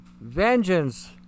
vengeance